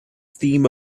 theme